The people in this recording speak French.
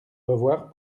revoir